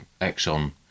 Exxon